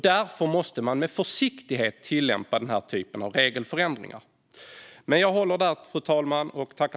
Därför måste man med försiktighet tillämpa regelförändringar som dessa.